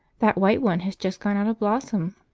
that white one has just gone out of blossom,